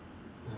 mm